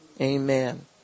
Amen